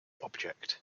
object